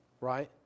right